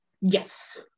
Yes